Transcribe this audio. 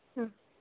ಹಾಂ